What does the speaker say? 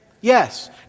Yes